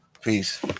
Peace